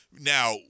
Now